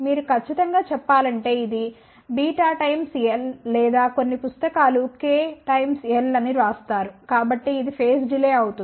మీరు ఖచ్చితం గా చెప్పాలంటే ఇది β టైమ్స్ l లేదా కొన్ని పుస్తకాలు k l అని వ్రాస్తారు కాబట్టి ఇది ఫేజ్ డిలే అవుతుంది